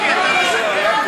12:00 בלילה.